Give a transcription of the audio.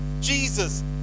Jesus